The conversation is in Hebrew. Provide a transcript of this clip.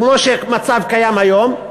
כמו שקיים היום,